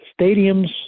stadiums